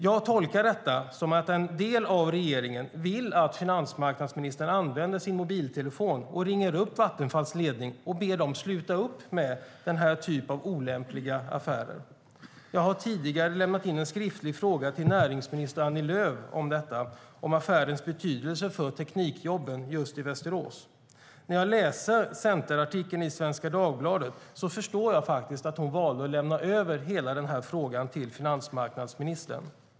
Jag tolkar detta som att en del av regeringen vill att finansmarknadsministern använder sin mobiltelefon och ringer upp Vattenfalls ledning och ber dem sluta upp med den här typen av olämpliga affärer. Jag har tidigare lämnat in en skriftlig fråga till näringsminister Annie Lööf om den här affärens betydelse för teknikjobben just i Västerås. När jag läser centerartikeln i Svenska Dagbladet förstår jag faktiskt att hon valde att lämna över hela denna fråga till finansmarknadsministern.